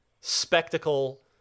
spectacle